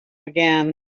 again